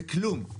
זה כלום.